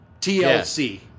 TLC